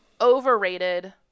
overrated